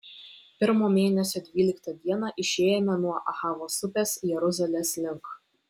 pirmo mėnesio dvyliktą dieną išėjome nuo ahavos upės jeruzalės link